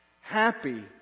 Happy